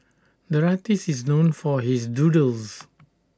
the artist is known for his doodles